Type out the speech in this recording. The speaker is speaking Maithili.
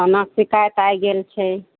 खानाके शिकायत आइ गेल छै